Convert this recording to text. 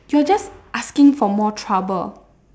you're just asking for more trouble